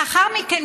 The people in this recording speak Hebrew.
לאחר מכן,